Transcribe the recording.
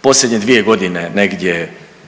posljednje dvije godine negdje